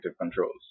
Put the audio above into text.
controls